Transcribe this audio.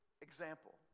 example